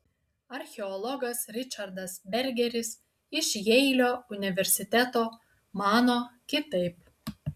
archeologas ričardas bergeris iš jeilio universiteto mano kitaip